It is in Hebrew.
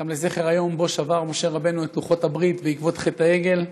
וגם לזכר היום שבו שבר משה רבנו את לוחות הברית בעקבות חטא העגל.